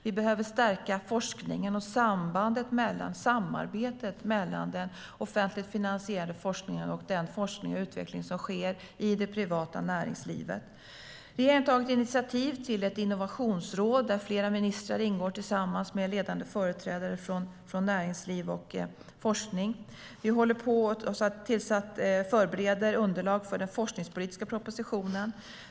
Vi behöver stärka forskningen och samarbetet mellan den offentligt finansierade forskningen och den forskning och utveckling som sker i det privata näringslivet. Regeringen har tagit initiativ till ett innovationsråd där flera ministrar ingår tillsammans med ledande företrädare från näringsliv och forskning. Vi förbereder underlag för den forskningspolitiska propositionen.